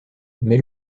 mais